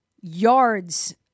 yards